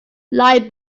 light